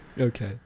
Okay